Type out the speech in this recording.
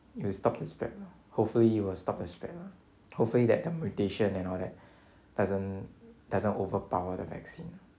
it will stop the spread lah hopefully it will stop the spread hopefully that the mutation and all that doesn't doesn't overpower the vaccine